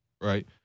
right